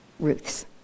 Ruths